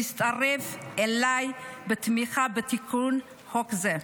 להצטרף אליי בתמיכה בתיקון חוק זה.